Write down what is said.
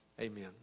Amen